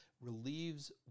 relieves